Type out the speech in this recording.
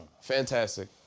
Fantastic